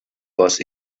was